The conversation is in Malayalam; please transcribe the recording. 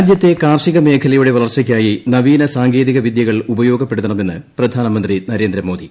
രാജ്യത്തെ കാർഷികമേഖലയുടെ വളർച്ചയ്ക്കായി നവീനസാങ്കേതിക വിദ്യകൾ ഉപയോഗപ്പെടുത്തണമെന്ന് പ്രധാനമന്ത്രി നരേന്ദ്രമോദി